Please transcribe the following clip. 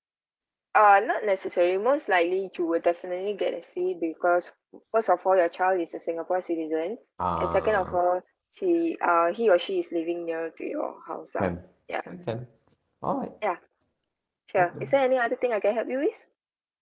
uh not necessary most likely you will definitely get the say because first of all your child is a singapore citizen and second of all he uh he or she is living nearer to your house ah ya ya sure is there any other thing I can help you with